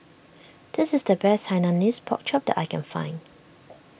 this is the best Hainanese Pork Chop that I can find